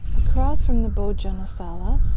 across from the bhojanasala,